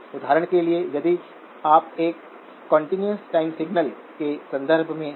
उदाहरण के लिए यदि आप एक कंटीन्यूअस टाइम सिग्नल के संदर्भ में हैं